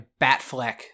Batfleck